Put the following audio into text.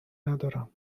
ندارم